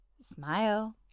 Smile